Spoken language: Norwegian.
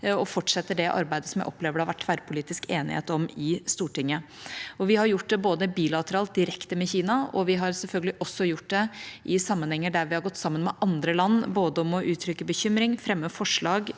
og fortsetter det arbeidet som jeg opplever det har vært tverrpolitisk enighet om i Stortinget. Vi har gjort det bilateralt direkte med Kina, og vi har selvfølgelig også gjort det i sammenhenger der vi har gått sammen med andre land både om å uttrykke bekymring, om å fremme forslag